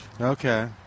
okay